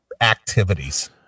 activities